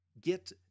get